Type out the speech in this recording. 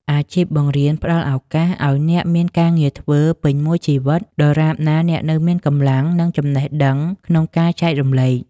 អាជីពបង្រៀនផ្តល់ឱកាសឱ្យអ្នកមានការងារធ្វើពេញមួយជីវិត ដរាបណាអ្នកនៅមានកម្លាំង និងចំណេះដឹងក្នុងការចែករំលែក។